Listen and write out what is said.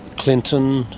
clinton,